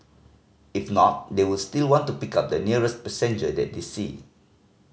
if not they will still want to pick up the nearest passenger that they see